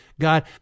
God